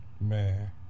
Man